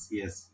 yes